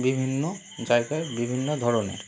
বিভিন্ন জায়গায় বিভিন্ন ধরনের